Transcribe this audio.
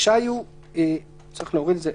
רשאי הוא להאריך -- צריך להוריד את זה.